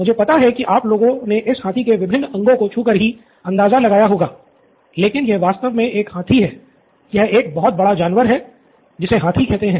मुझे पता है कि आप लोगों ने इस हाथी के विभिन्न अंगों को छूकर ही अंदाज़ा लगाया होगा लेकिन यह वास्तव में एक हाथी है यह एक बहुत बड़ा जानवर है जिसे हाथी कहते है